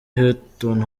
hilton